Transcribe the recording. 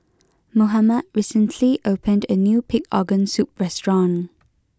Mohamed recently opened a new pig organ soup restaurant